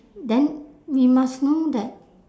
then we must know that